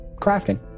Crafting